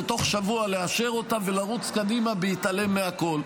תוך שבוע לאשר אותה ולרוץ קדימה בהתעלם מהכול,